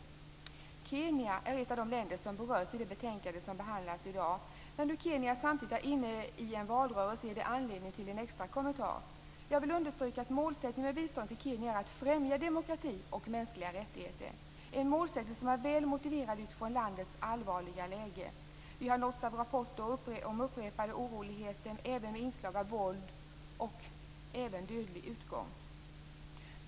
Kenya är ett av de länder som berörs i det betänkande som behandlas i dag. När nu Kenya samtidigt är inne i en valrörelse ger det anledning till en extra kommentar. Jag vill understryka att målsättningen med biståndet till Kenya är att främja demokrati och mänskliga rättigheter. Det är en målsättning som är väl motiverad utifrån landets allvarliga läge. Vi har nåtts av rapporter om upprepade oroligheter som har inslag av våld, och även våld med dödlig utgång.